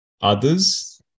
others